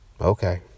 Okay